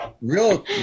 Real